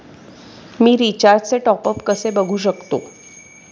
मी रिचार्जचे टॉपअप कसे बघू शकतो?